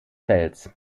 fells